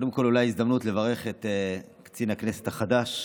קודם כול אולי זו ההזדמנות לברך את קצין הכנסת החדש,